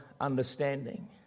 understanding